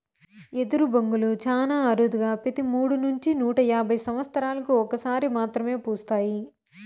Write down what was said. ఎదరు బొంగులు చానా అరుదుగా పెతి మూడు నుంచి నూట యాభై సమత్సరాలకు ఒక సారి మాత్రమే పూస్తాయి